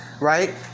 right